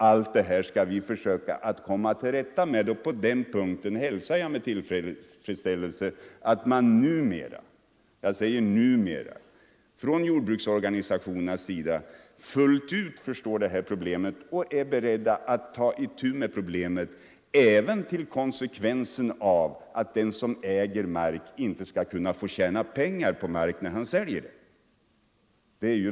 Allt det här skall vi försöka komma till rätta med, och på den punkten hälsar jag med tillfredsställelse att jordbruksorganisationerna numera, jag säger numera, fullt ut förstår detta problem och är beredda att ta itu med det, även till priset av konsekvensen att den som äger mark inte skall kunna få tjäna pengar när han säljer den.